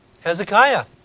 Hezekiah